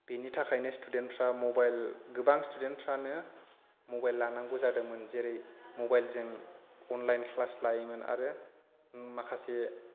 बेनि थाखायनो स्टुडेन्टफ्रा मबाइल गोबां स्टुडेन्टफ्रानो मबाइल लानांगौ जादोंमोन जेरै मबाइलजों अनलाइन क्लास लायोमोन आरो माखासे